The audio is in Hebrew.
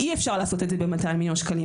אי-אפשר לעשות את זה ב-200 מיליון שקלים.